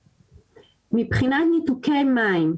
מבחינת ניתוקי מים.